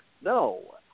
No